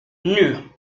nus